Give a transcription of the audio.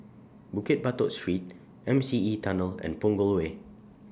Bukit Batok Street M C E Tunnel and Punggol Way